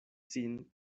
sin